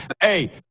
Hey